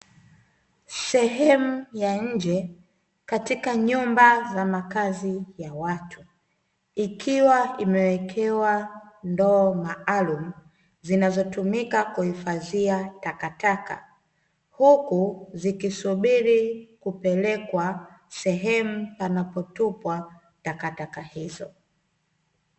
Sehemu ya nje katika nyumba za makazi ya watu, ikiwa imewekewa ndoo maalumu zinazotumika kuhifadhia takataka, huku zikisubiri kupelekwa sehemu panapotupwa takataka hizo.